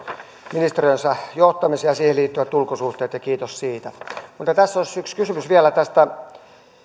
ministeriönsä johtamisen ja siihen liittyvät ulkosuhteet ja kiitos siitä mutta tässä olisi yksi kysymys vielä tästä